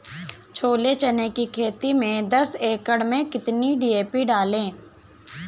छोले चने की खेती में दस एकड़ में कितनी डी.पी डालें?